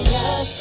yes